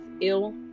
ill